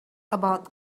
about